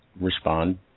respond